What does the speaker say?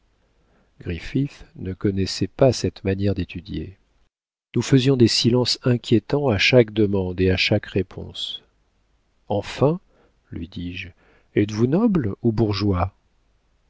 griffith ne connaissait pas cette manière d'étudier nous faisions des silences inquiétants à chaque demande et à chaque réponse enfin lui dis-je êtes-vous noble ou bourgeois